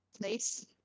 place